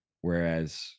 whereas